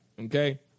okay